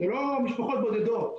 זה לא משפחות בודדות.